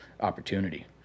opportunity